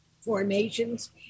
Formations